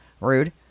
Rude